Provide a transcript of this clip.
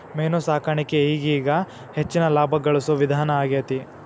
main ಸಾಕಾಣಿಕೆ ಈಗೇಗ ಹೆಚ್ಚಿನ ಲಾಭಾ ಗಳಸು ವಿಧಾನಾ ಆಗೆತಿ